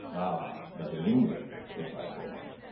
ah, but in england, replied beaumont,